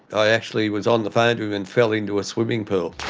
i actually was on the phone to him and fell into a swimming pool,